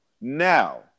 Now